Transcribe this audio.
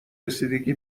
رسیدگی